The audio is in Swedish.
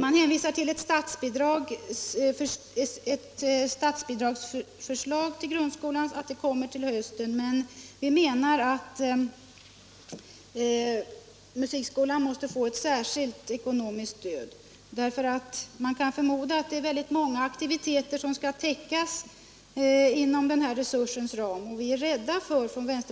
Man hänvisar till att ett statsbidragsförslag till grundskolan kommer till hösten. Men vi menar att musikskolan måste få ett särskilt ekonomiskt stöd. Man kan förmoda att många aktiviteter skall täckas inom ramen för dessa resurser, och vi är inom